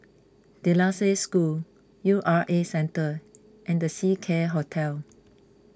De La Salle School U R A Centre and the Seacare Hotel